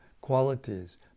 qualities